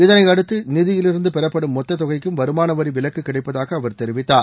இதனையடுத்து நிதியிலிருந்து பெறப்படும் மொத்த தொகைக்கும் வருமான வரி விலக்கு கிடைப்பதாக அவர் தெரிவித்தார்